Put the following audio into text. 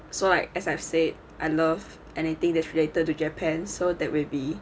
so like as I've said I love anything that's related to japan so that will be